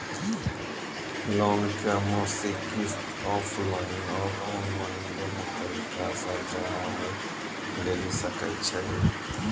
Loan के मासिक किस्त ऑफलाइन और ऑनलाइन दोनो तरीका से जमा होय लेली सकै छै?